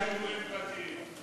שיעורים פרטיים.